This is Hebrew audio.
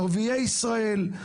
ערביי ישראל,